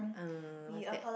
uh what's that